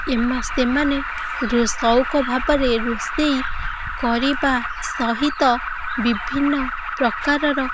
ସେମାନେ ରୋ ସଉକ ଭାବରେ ରୋଷେଇ କରିବା ସହିତ ବିଭିନ୍ନ ପ୍ରକାରର